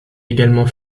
également